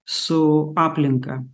su aplinka